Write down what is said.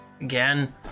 Again